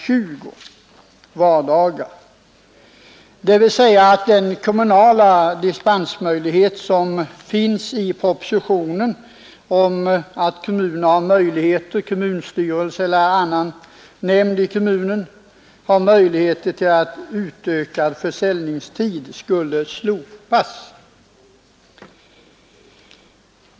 20 vardagar, dvs. att riksdagen skulle avslå förslaget i propositionen om möjligheter för kommunen att ge dispens — kommunstyrelsen eller annan nämnd i kommunen föreslogs nämligen få möjlighet att ge dispens för utökad försäljningstid.